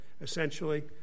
essentially